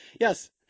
Yes